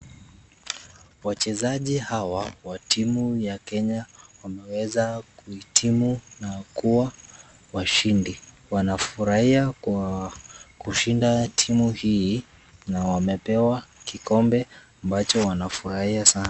Wachezaji hawa wa timu ya Kenya wameweza kuhitimu na kuwa washindi, wanafurahia kwa kushinda timu hii na wamepewa kikombe ambacho wanafurahia sana.